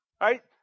right